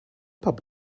pub